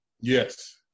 Yes